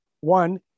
one